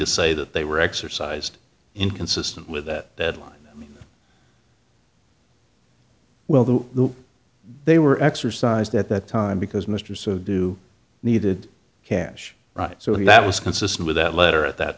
to say that they were exercised inconsistent with that deadline well the they were exercised at that time because mr so do needed cash right so that was consistent with that letter at that